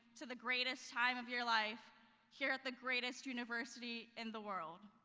to the greatest time of your life here at the greatest university in the world.